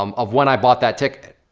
um of when i bought that ticket.